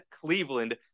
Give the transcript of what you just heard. Cleveland